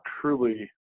truly